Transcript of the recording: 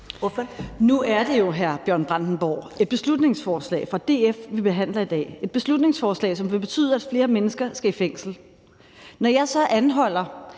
sige til hr. Bjørn Brandenborg, et beslutningsforslag fra DF, vi behandler i dag; et beslutningsforslag, som vil betyde, at flere mennesker skal i fængsel. Når jeg så anholder,